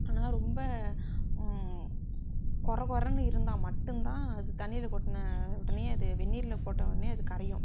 ஆனால் ரொம்ப கொரகொரனு இருந்தால் மட்டுந்தான் அது தண்ணியில் கொட்டின உடனே அது வெந்நீரில் போட்ட உட்னே அது கரையும்